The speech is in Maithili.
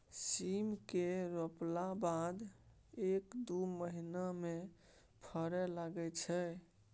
सीम केँ रोपला बाद एक दु महीना मे फरय लगय छै